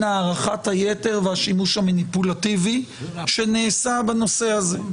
הערכת היתר והשימוש המניפולטיבי שנעשה בנושא הזה.